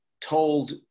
told